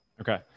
Okay